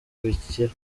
bikira